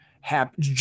happy